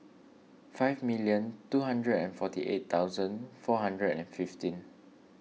five million two hundred and forty eight thousand four hundred and fifteen